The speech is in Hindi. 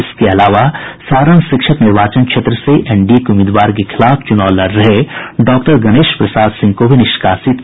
इसके अलावा सारण शिक्षक निर्वाचन क्षेत्र से एनडीए के उम्मीदवार के खिलाफ चुनाव लड़ रहे डॉक्टर गणेश प्रसाद सिंह को भी निष्कासित किया गया है